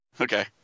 Okay